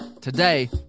today